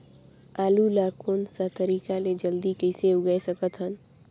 आलू ला कोन सा तरीका ले जल्दी कइसे उगाय सकथन?